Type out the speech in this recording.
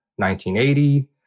1980